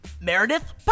Meredith